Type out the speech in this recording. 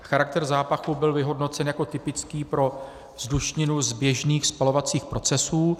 Charakter zápachu byl vyhodnocen jako typický pro vzdušninu z běžných spalovacích procesů.